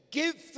give